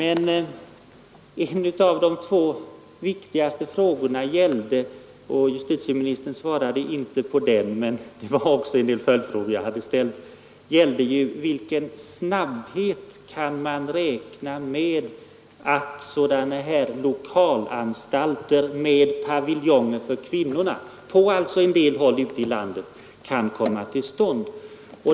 En av de två viktigaste följdfrågor som jag ställde — som justitieministern inte svarade på — var emellertid vilken snabbhet man kunde räkna med att sådana här lokala anstalter med paviljonger för kvinnorna på en del håll ute i landet kan komma till stånd.